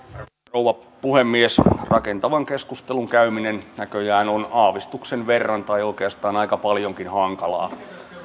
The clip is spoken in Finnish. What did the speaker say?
rouva puhemies rakentavan keskustelun käyminen näköjään on aavistuksen verran tai oikeastaan aika paljonkin hankalaa me